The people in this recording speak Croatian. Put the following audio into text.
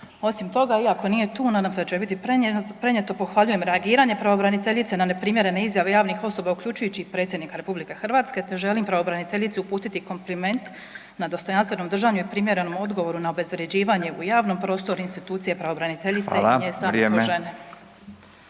Osim toga, iako nije tu nadam se da će joj biti prenijeto pohvaljujem reagiranje pravobraniteljice na neprimjerene izjave javnih osoba uključujući i predsjednika RH te želim pravobraniteljici uputiti kompliment na dostojanstveno držanje i primjerenom odgovoru na obezvrjeđivanje u javnom prostoru institucije pravobraniteljice …/Upadica: